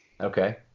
Okay